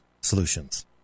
solutions